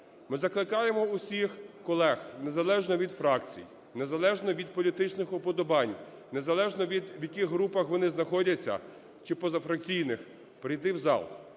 Ми закликаємо усіх колег, незалежно від фракцій, незалежно від політичних уподобань, незалежно від в яких групах вони знаходяться, чи позафракційних, прийти в зал